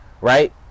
right